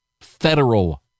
federal